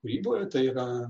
kųryboje tai yra